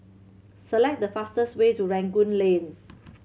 select the fastest way to Rangoon Lane